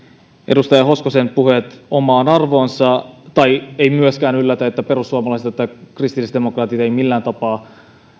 edustaja hoskosen puheet omaan arvoonsa ei myöskään yllätä että perussuomalaiset ja kristillisdemokraatit